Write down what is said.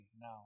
now